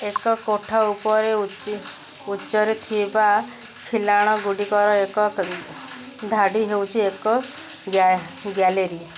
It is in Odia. ଏକ କୋଠା ଉପରେ ଉଚ୍ଚରେ ଥିବା ଖିଲାଣ ଗୁଡ଼ିକର ଏକ ଧାଡ଼ି ହେଉଛି ଏକ ଗ୍ୟାଲେରୀ